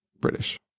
British